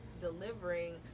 Delivering